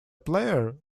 player